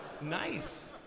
nice